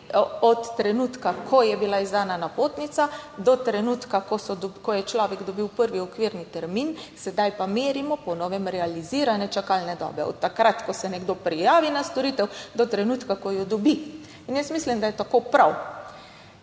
od trenutka, ko je bila izdana napotnica do trenutka, ko je človek dobil prvi okvirni termin. Sedaj pa merimo po novem realizirane čakalne dobe od takrat, ko se nekdo prijavi na storitev, do trenutka, ko jo dobi. In jaz mislim, da je tako prav.